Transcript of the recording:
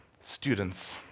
students